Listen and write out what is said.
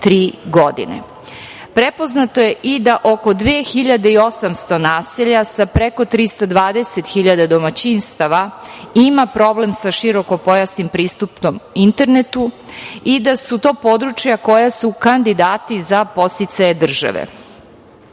godine. Prepoznato je i da oko 2.800 naselja sa preko 320 hiljada domaćinstava ima problem sa širokopojasnim pristupom internetu i da su to područja koja su kandidati za podsticaje